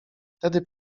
wtedy